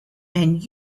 and